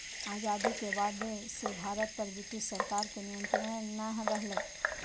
आजादी के बाद से भारत पर ब्रिटिश सरकार के नियत्रंण नय रहलय